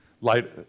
Light